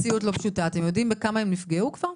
אתם יודעים בכמה הם נפגעו כבר?